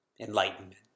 Enlightenment